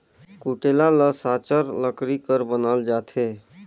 कुटेला ल साचर लकरी कर बनाल जाथे